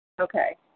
Okay